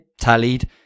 tallied